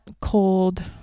cold